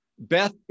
Beth